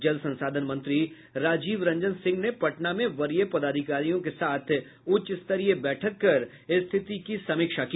जल संसाधन मंत्री राजीव रंजन सिंह ने पटना में वरीय पदाधिकारियों के साथ उच्च स्तरीय बैठक कर स्थिति की समीक्षा की